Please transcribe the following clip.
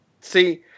see